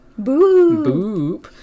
Boop